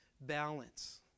balance